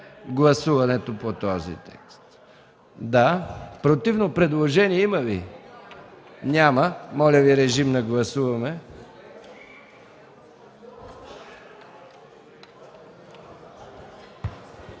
гласуването по този текст. Противно предложение има ли? Няма. Моля, режим на гласуване.